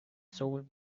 sold